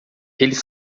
eles